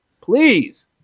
please